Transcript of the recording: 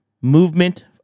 movement